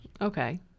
Okay